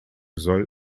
soll